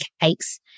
cakes